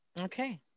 Okay